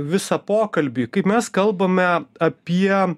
visą pokalbį kaip mes kalbame apie